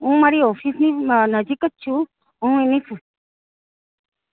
હું મારી ઓફિસની નજીક જ છું હું એની